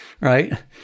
right